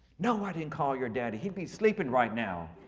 no, i didn't call your daddy. he'd be sleeping right now.